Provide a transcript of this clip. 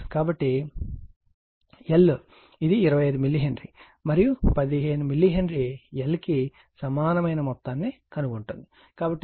కాబట్టి L ఇది 25 milli henry మరియు 15 మిల్లీ హెన్రీ L కి సమానమైన మొత్తాన్ని కనుగొంటుంది